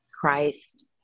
Christ